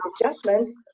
adjustments